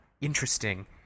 interesting